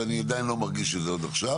ואני עדיין לא מרגיש את זה עד עכשיו.